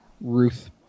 Ruth